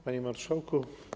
Panie Marszałku!